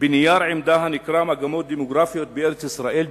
בנייר עמדה הנקרא "מגמות דמוגרפיות בארץ-ישראל",